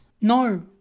No